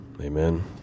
Amen